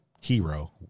hero